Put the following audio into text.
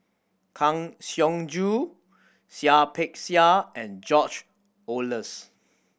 Kang Siong Joo Seah Peck Seah and George Oehlers